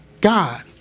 God